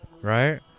right